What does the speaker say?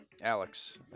Alex